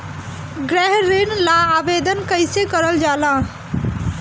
गृह ऋण ला आवेदन कईसे करल जाला?